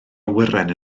awyren